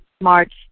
March